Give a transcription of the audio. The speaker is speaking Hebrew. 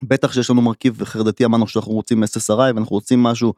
בטח כשיש לנו מרכיב חרדתי, אמרנו שאנחנו רוצים SSRI ואנחנו רוצים משהו